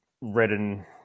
Redden